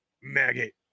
Maggot